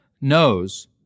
knows